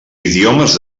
idiomes